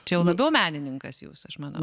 čia jau labiau menininkas jūs aš manau